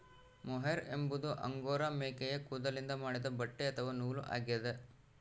mohair ಎಂಬುದು angora ಮೇಕೆಯ ಕೂದಲಿನಿಂದ ಮಾಡಿದ ಬಟ್ಟೆ ಅಥವಾ ನೂಲು ಆಗ್ಯದ